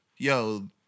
yo